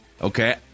Okay